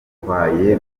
batwaye